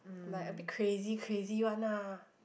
like a bit crazy crazy one lah